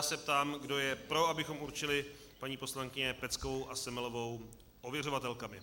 Ptám se, kdo je pro, abychom určili paní poslankyně Peckovou a Semelovou ověřovatelkami.